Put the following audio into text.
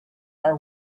are